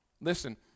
Listen